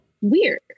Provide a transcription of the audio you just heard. weird